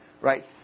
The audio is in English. right